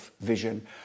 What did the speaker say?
vision